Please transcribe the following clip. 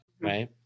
right